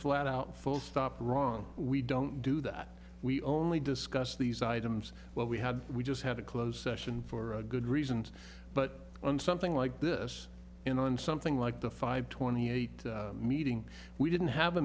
flat out full stop wrong we don't do that we only discuss these items well we had we just had a closed session for good reasons but on something like this and on something like the five twenty eight meeting we didn't have a